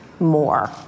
More